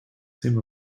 seem